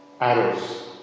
arrows